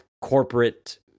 corporate